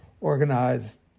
organized